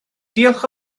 diolch